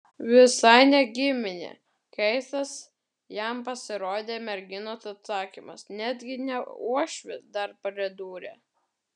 visai ne giminė keistas jam pasirodė merginos atsakymas netgi ne uošvis dar pridūrė